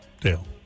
Dale